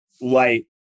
light